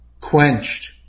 quenched